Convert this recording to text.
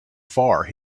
far